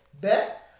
bet